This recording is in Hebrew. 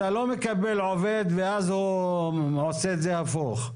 אתה לא מקבל עובד ואז הוא עושה את זה הפוך.